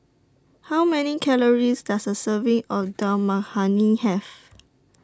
How Many Calories Does A Serving of Dal Makhani Have